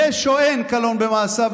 יש או אין קלון במעשיו?